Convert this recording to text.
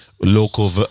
local